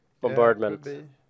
bombardment